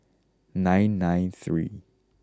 nine nine three